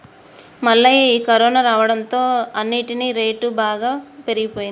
మల్లయ్య ఈ కరోనా రావడంతో అన్నిటికీ రేటు బాగా పెరిగిపోయినది